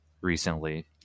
recently